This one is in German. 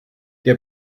der